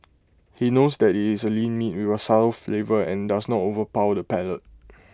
he knows that IT is A lean meat with A subtle flavour and does not overpower the palate